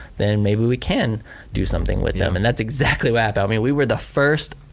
then maybe we can do something with them. and that's exactly what happened. i mean we were the first,